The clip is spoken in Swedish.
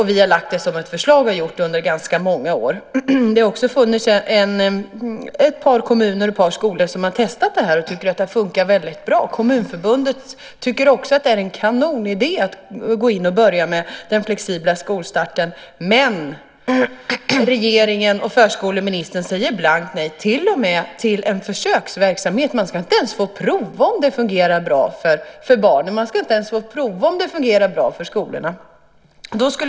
Vi har under ganska många år fört fram detta som ett förslag. Ett par kommuner och skolor har testat det här och tycker att det har fungerat väldigt bra. Dessutom tycker Kommunförbundet att det är en kanonidé att börja med en flexibel skolstart, men regeringen och förskoleministern säger blankt nej till och med till en försöksverksamhet. Man ska inte ens få prova om det fungerar bra för barnen och för skolorna.